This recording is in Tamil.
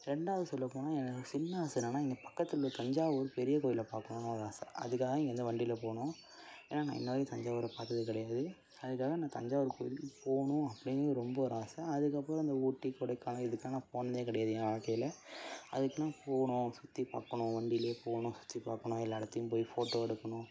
ரெண்டாவது சொல்லப்போனால் எனக்கு ஒரு சின்ன ஆசை என்னான்னால் இங்கே பக்கத்தில் தஞ்சாவூர் பெரிய கோயிலை பார்க்கணுன்னு ஒரு ஆசை அதுக்காக இங்கேருந்து வண்டியில் போகணும் ஏன்னால் நான் இன்றுவரைக்கும் தஞ்சாவூரை பார்த்தது கிடையாது அதுக்காக நான் தஞ்சாவூர் கோயிலுக்கு போகணும் அப்படின்னு ரொம்ப ஒரு ஆசை அதுக்கப்புறம் அந்த ஊட்டி கொடைக்கானல் இதுக்கெல்லாம் நான் போனதே கிடையாது என் வாழ்க்கையில அதுக்கெலாம் போகணும் சுற்றிப் பார்க்கணும் வண்டிலியே போகணும் சுற்றிப் பாக்கணும் எல்லா இடத்தையும் போய் ஃபோட்டோ எடுக்கணும்